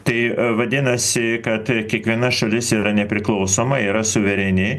tai vadinasi kad kiekviena šalis yra nepriklausoma yra suvereni